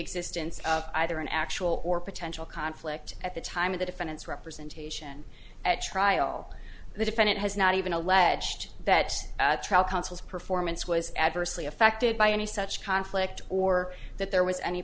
existence of either an actual or potential conflict at the time of the defendant's representation at trial the defendant has not even alleged that the trial counsel's performance was adversely affected by any such conflict or that there was any